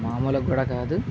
మామూలుగ కూడా కాదు